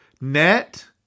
net